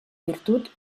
virtut